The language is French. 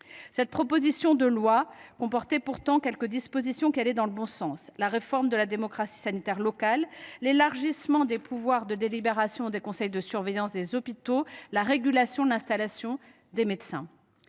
Cette proposition de loi comportait pourtant quelques dispositions qui allaient dans le bon sens : réforme de la démocratie sanitaire locale, élargissement des pouvoirs de délibération des conseils de surveillance des hôpitaux, régulation de l’installation des médecins.